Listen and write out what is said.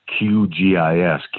QGIS